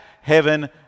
heaven